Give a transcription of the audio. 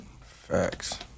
Facts